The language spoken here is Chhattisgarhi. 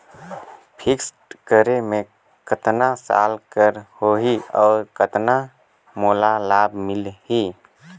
फिक्स्ड करे मे कतना साल कर हो ही और कतना मोला लाभ मिल ही?